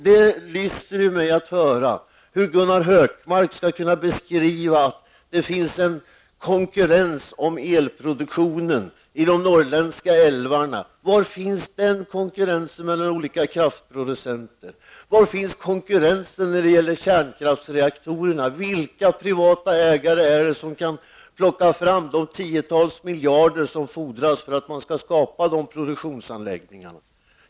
Det lyster mig att höra hur Gunnar Hökmark skall kunna beskriva att det finns en konkurrens om elproduktionen i de norrländska älvarna. Var finns den konkurrensen mellan olika kraftproducenter? Var finns konkurrensen när det gäller kärnkraftsreaktorerna? Vilka privata ägare kan plocka fram de tiotals miljarder som fordras för att skapa dessa produktionsanläggningar?